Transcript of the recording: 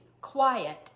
quiet